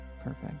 perfect